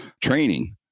training